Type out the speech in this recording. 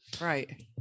Right